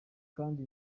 kandi